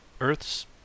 Earth's